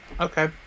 Okay